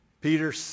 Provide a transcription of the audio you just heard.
Peter